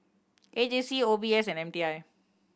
A J C O B S and M T I